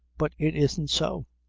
but it isn't so.